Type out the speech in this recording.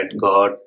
God